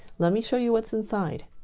let me show you what's inside.